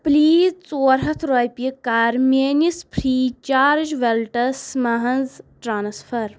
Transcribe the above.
please ژور ہَتھ رۄپیہِ کر میٲنِس فری چارٕج ویلٹس مَنٛز ٹرانسفر